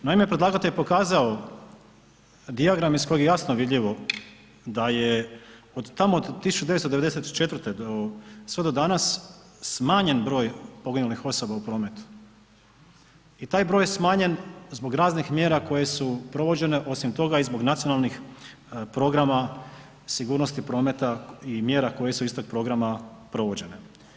Naime, predlagatelj je pokazao dijagrame iz kojeg je jasno vidljivo da je od tamo od 1994. sve do danas, smanjen broj poginulih osoba u prometu i taj broj je smanjen zbog raznih mjera koje su provođene, osim toga i zbog nacionalnih programa sigurnosti prometa i mjera koje su iz tog programa provođene.